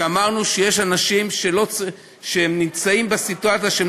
שאמרנו שיש אנשים שנמצאים בסיטואציה שהם